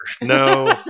No